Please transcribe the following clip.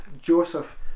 Joseph